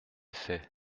fait